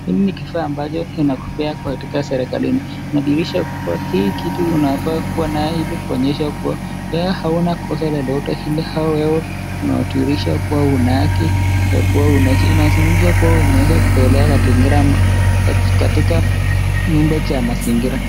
Hiki ni kifaa ambacho kinakupea katika serikalini. Inadhihirisha kuwa hii kitu unafaa kuwa nayo ili kuonyesha kuwa wewe hauna kosa lolote lile au wewe unawakilisha kuwa una haki ya kuwa unaishi. Inazungumza kuwa unaweza kutolewa katika nyumba cha mazingira.